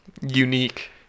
unique